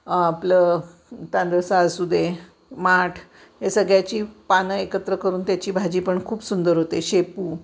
आपलं तांदळसा असूदे माठ या सगळ्याची पानं एकत्र करून त्याची भाजी पण खूप सुंदर होते शेपू